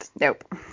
Nope